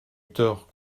tort